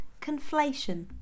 conflation